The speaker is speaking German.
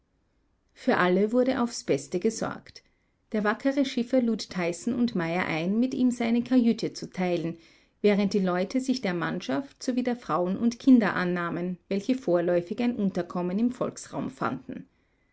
für alle wurde aufs beste gesorgt der wackere schiffer lud tyson und meyer ein mit ihm seine kajüte zu teilen während die leute sich der mannschaft sowie der frauen und kinder annahmen welche vorläufig ein unterkommen im volksraum fanden